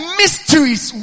mysteries